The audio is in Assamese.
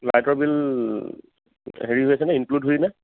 লাইটৰ বিল হেৰি হৈ আছে নে ইনক্লিউড ধৰি নে